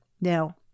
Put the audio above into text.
Now